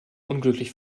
unglücklich